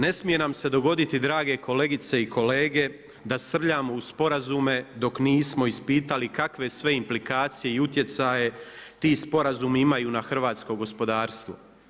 Ne smije nam se dogoditi drage kolegice i kolege da srljamo u sporazume dok nismo ispitali kakve sve implikacije i utjecaje ti sporazumi imaju na hrvatsko gospodarstvo.